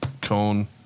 cone